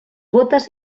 bótes